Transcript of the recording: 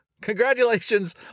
Congratulations